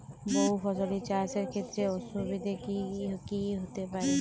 বহু ফসলী চাষ এর ক্ষেত্রে অসুবিধে কী কী হতে পারে?